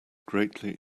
greatly